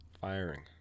firing